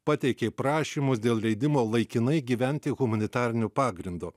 pateikė prašymus dėl leidimo laikinai gyventi humanitariniu pagrindu